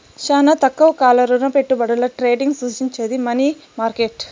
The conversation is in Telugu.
శానా తక్కువ కాల రుణపెట్టుబడుల ట్రేడింగ్ సూచించేది మనీ మార్కెట్